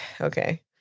okay